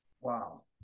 Wow